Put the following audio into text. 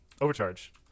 Overcharge